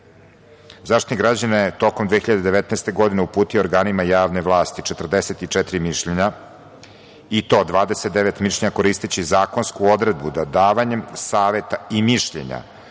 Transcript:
Zaštitnik građana je tokom 2019. godine uputio organima javne vlasti 44 mišljenja i to 29 mišljenja koristeći zakonsku odredbu da davanjem saveta i mišljenja